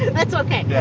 that's um yeah